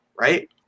right